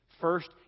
First